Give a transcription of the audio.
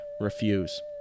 refuse